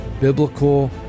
biblical